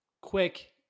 quick